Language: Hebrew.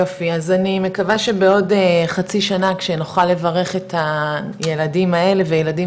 יופי אז אני מקווה שבעוד חצי שנה שנוכל לברך את הילדים האלה וילדים